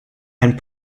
and